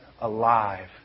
alive